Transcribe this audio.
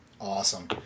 Awesome